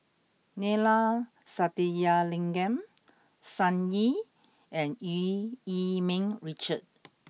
Neila Sathyalingam Sun Yee and Eu Yee Ming Richard